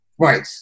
Right